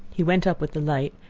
he went up with the light,